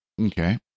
Okay